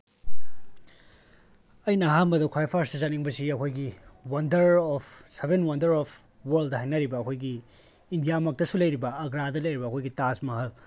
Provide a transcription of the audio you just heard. ꯑꯩꯅ ꯑꯍꯥꯟꯕꯗ ꯈ꯭ꯋꯥꯏ ꯐꯔꯁꯇ ꯆꯠꯅꯤꯡꯕꯁꯤ ꯑꯩꯈꯣꯏꯒꯤ wonder of seven wonder of world ꯍꯥꯏꯅꯔꯤꯕ ꯑꯩꯈꯣꯏꯒꯤ ꯏꯟꯗꯤꯌꯥꯃꯛꯇꯁꯨ ꯂꯩꯔꯤꯕ ꯑꯒ꯭ꯔꯥꯗ ꯂꯩꯔꯤꯕ ꯑꯩꯈꯣꯏꯒꯤ ꯇꯥꯖ ꯃꯍꯜ